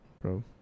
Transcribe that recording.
Bro